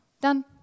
done